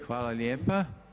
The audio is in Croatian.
Hvala lijepa.